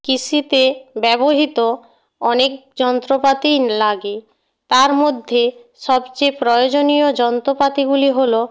কৃষিতে ব্যবহৃত অনেক যন্ত্রপাতি লাগে তার মধ্যে সবচেয়ে প্রয়োজনীয় যন্ত্রপাতিগুলি হল